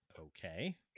Okay